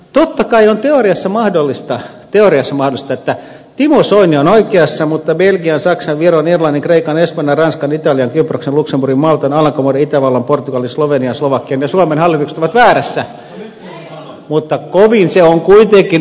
totta kai on teoriassa mahdollista teoriassa mahdollista että timo soini on oikeassa mutta belgian saksan viron irlannin kreikan espanjan ranskan italian kyproksen luxemburgin maltan alankomaiden itävallan portugalin slovenian slovakian ja suomen hallitukset ovat väärässä mutta kovin se on kuitenkin epätodennäköistä edustaja soini